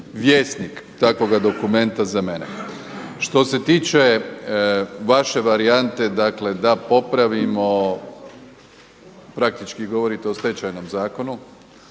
vjesnik takvoga dokumenta za mene. Što se tiče vaše varijante dakle da popravimo, praktički govorite o Stečajnom zakonu,